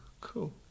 cool